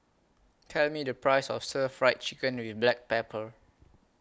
Tell Me The Price of Stir Fried Chicken with Black Pepper